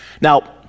Now